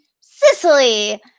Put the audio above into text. Sicily